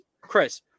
Chris